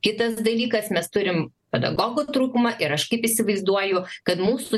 kitas dalykas mes turim pedagogų trūkumą ir aš kaip įsivaizduoju kad mūsų